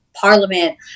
parliament